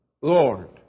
Lord